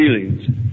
feelings